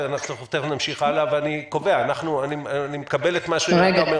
אני קובע שאני מקבל את מה שאתה אומר.